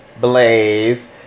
Blaze